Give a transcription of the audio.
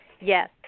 Yes